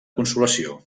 consolació